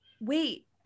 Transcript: wait